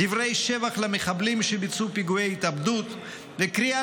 דברי שבח למחבלים שביצעו פיגועי התאבדות וקריאה